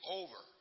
over